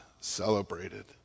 celebrated